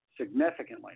significantly